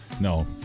No